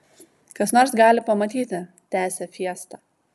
kas nors gali pamatyti tęsė fiesta